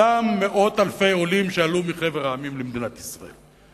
אותם מאות אלפי עולים שעלו מחבר המדינות למדינת ישראל.